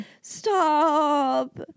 Stop